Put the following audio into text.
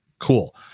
Cool